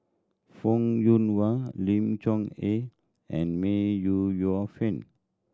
Fong Yoon Wah Lim Chong Eh and May Yu Yo Fen